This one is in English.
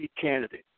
candidate